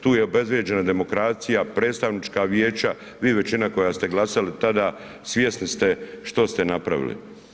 Tu je obezvrijeđena demokracija, predstavnička vijeća, vi većina koja ste glasali tada svjesni ste što ste napravili.